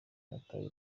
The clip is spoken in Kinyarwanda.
nataye